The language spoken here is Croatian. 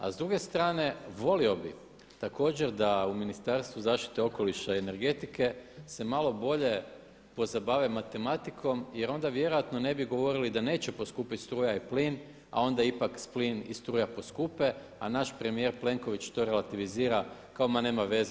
A s druge strane volio bih također da u Ministarstvu zaštite okoliša i energetike se malo bolje pozabave matematikom, jer onda vjerojatno ne bi govorili da neće poskupjet struja i plin, a onda ipak plin i struja poskupe a naš premijer Plenković to relativizira kao ma nema veze.